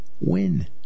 win